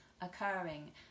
occurring